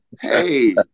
hey